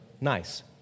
nice